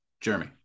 Jeremy